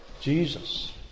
Jesus